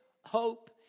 hope